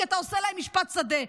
כי אתה עושה להם משפט שדה,